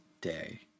day